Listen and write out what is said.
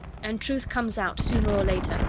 and truth comes out, sooner or later.